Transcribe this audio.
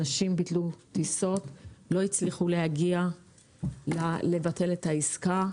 אנשים ביטלו טיסות ולא הצליחו לבטל את העסקה.